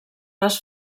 les